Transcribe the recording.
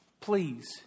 please